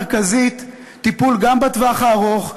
גם לטווח הארוך,